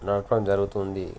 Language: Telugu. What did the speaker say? నడపడం జరుగుతుంది